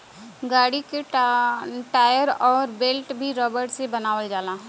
गाड़ी क टायर अउर बेल्ट भी रबर से बनावल जाला